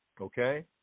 Okay